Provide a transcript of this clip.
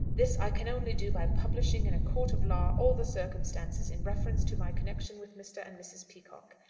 this i can only do by publishing in a court of law all the circumstances in reference to my connection with mr. and mrs. peacocke.